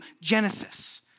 genesis